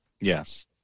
yes